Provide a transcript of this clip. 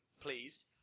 pleased